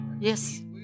Yes